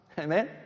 Amen